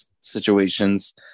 situations